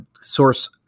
source